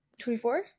24